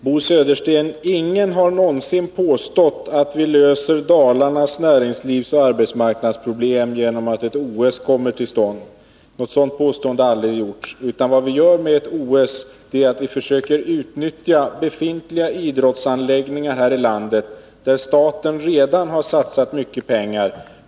Herr talman! Ingen har någonsin påstått, Bo Södersten, att vi löser Dalarnas näringslivsoch arbetsmarknadsproblem genom att ett OS kommer till stånd där. Den bärande tanken är i stället att vi, om Sverige skall ha ett OS, skall försöka att på ett vettigt sätt utnyttja befintliga svenska idrottsanläggningar, där staten redan har satsat mycket pengar.